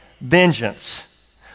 vengeance